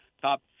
top